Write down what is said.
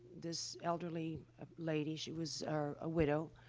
this elderly ah lady she was or a widow,